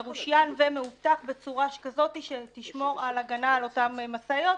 מרושיין ומאובטח בצורה שתגן כראוי על אותן משאיות